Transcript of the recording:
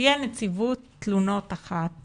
שתהיה נציבות תלונות אחת